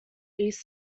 east